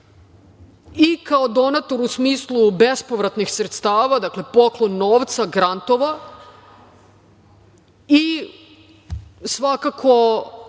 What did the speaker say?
I, kao donator u smislu bespovratnih sredstava, dakle poklon novca, grantova, i svakako